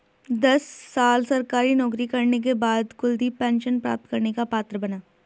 दस साल सरकारी नौकरी करने के बाद कुलदीप पेंशन प्राप्त करने का पात्र बना